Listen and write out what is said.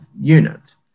unit